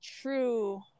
true